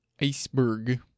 iceberg